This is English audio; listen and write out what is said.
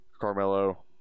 Carmelo